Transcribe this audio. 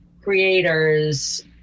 creators